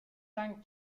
tank